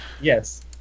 Yes